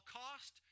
cost